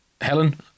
Helen